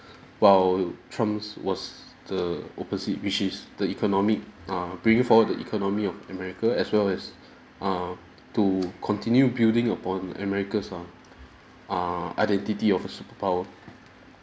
while trump's was the opposite which is the economic err bringing forward the economy of america as well as err to continue building upon america's uh err identity of a superpower